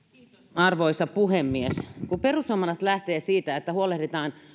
arvoisa puhemies koska perussuomalaiset lähtevät siitä että huolehditaan